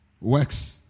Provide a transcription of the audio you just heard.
Works